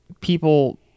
people